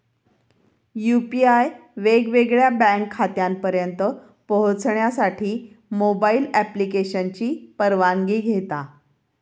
UPI वेगवेगळ्या bank खात्यांपर्यंत पोहचण्यासाठी मोबाईल ॲप्लिकेशनची परवानगी घेता